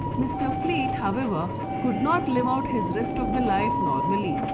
mr. fleet however could not live out his rest of the life normally.